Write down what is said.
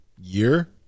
year